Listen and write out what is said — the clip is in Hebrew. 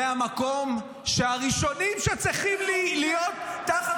זה המקום שהראשונים שצריכים להיות תחת